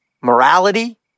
morality